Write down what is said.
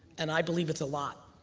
and i believe it's a lot.